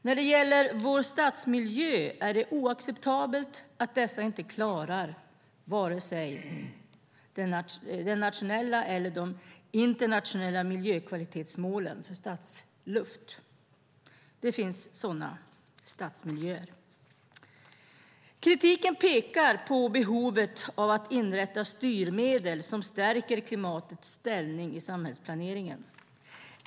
När det gäller våra stadsmiljöer är det oacceptabelt att en del inte klarar vare sig de nationella eller de internationella miljökvalitetsmålen för stadsluft. Kritiken pekar på behovet av att inrätta styrmedel som stärker klimatets ställning i samhällsplaneringen.